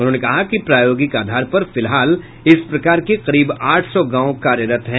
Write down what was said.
उन्होंने कहा कि प्रायोगिक आधार पर फिलहाल इस प्रकार के करीब आठ सौ गांव कार्यरत हैं